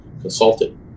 consulted